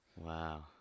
Wow